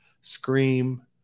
Scream